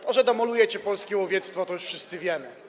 To, że demolujecie polskie łowiectwo, to już wszyscy wiemy.